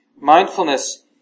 mindfulness